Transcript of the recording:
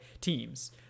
teams